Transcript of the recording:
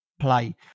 play